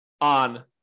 on